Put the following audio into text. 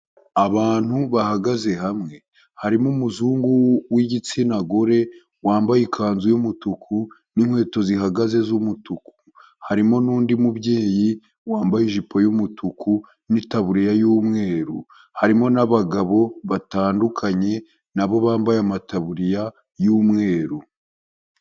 Abantu bahagaze hamwe harimo umuzungu w'igitsina gore, wambaye ikanzu y'umutuku n'inkweto zihagaze z'umutuku, harimo n'undi mubyeyi wambaye ijipo y'umutuku n'itaburiya y'umweru, harimo n'abagabo batandukanye na bo bambaye amataburiya y'umweru.